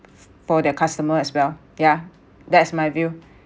for their customer as well yeah that's my view